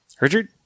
Richard